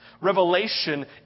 Revelation